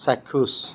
চাক্ষুষ